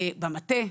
במטה.